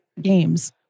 games